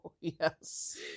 yes